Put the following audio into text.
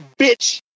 bitch